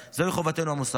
זוהי חובתנו המוסרית.